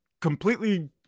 completely